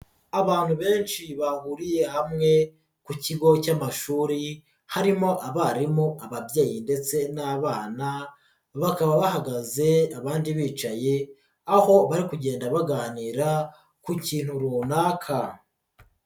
Abantu benshi bahuriye hamwe ku kigo cy'amashuri, harimo abarimu, ababyeyi ndetse n'abana, bakaba bahagaze abandi bicaye, aho bari kugenda baganira ku kintu runaka.